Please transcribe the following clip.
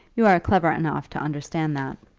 you are clever enough to understand that.